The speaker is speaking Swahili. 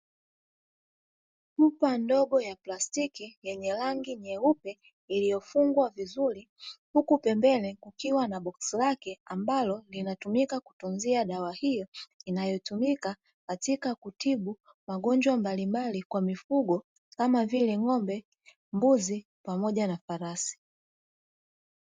chupa ndogo ya plastiki yenye rangi nyeupe iliyofungwa vizuri huku pembeni kukiwa na boksi lake ambalo linatumika kutunzia dawa hiyo inayotumika katika kutibu magonjwa mbalimbali kwa mifugo kama vile ng'ombe mbuzi pamoja na farasi.